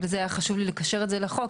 וזה היה חשוב לי לקשר את זה לחוק,